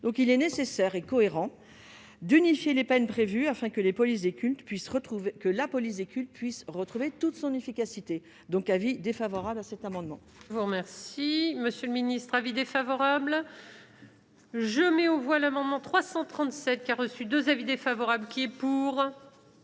fait. Il est nécessaire et cohérent d'unifier les peines prévues afin que la police des cultes puisse retrouver toute son efficacité. Avis défavorable. Quel est